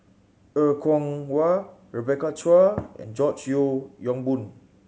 Er Kwong Wah Rebecca Chua and George Yeo Yong Boon